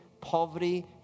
poverty